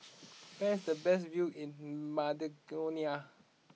where is the best view in Macedonia